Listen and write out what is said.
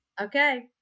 Okay